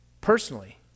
Personally